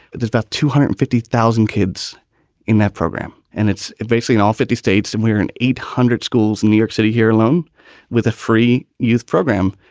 there's about two hundred and fifty thousand kids in that program. and it's basically in all fifty states. and we're in eight hundred schools in new york city here alone with a free youth program.